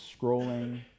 scrolling